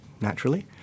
naturally